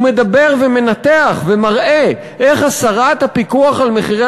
הוא מדבר ומנתח ומראה איך הסרת הפיקוח על מחירי